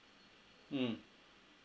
mm